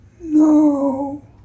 No